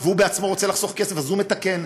והוא בעצמו רוצה לחסוך כסף אז הוא מתקן.